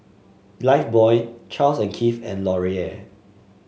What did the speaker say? Lifebuoy Charles and Keith and Laurier